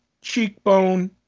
cheekbone